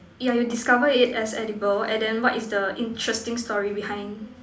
yeah you discover it as edible and then what is the interesting story behind